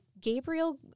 Gabriel